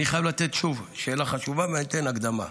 אני חייב לתת, שוב, השאלה חשובה, ואני אתן הקדמה.